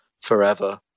forever